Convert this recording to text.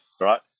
right